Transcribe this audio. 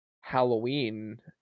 Halloween